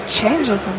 changes